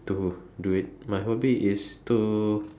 to do it my hobby is to